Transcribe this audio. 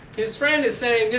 his friend is saying